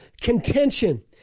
contention